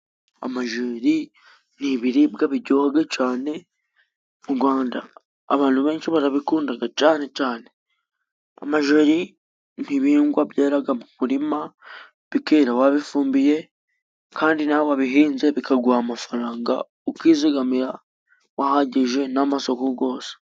Amajeri ni ibiribwa bijyohaga cane, mu Gwanda abantu benshi barabikundaga cane cane. Amajeri ni ibihingwa byeraga mu murima, bikera wabifumbiye, kandi nawe wabihinze bikaguha amafaranga, ukizigamira wahagije n'amasoko gose.